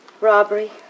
Robbery